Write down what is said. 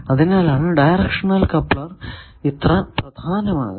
അതിനാലാണ് directional coupler ഇത്ര പ്രധാനമാകുന്നത്